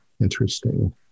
interesting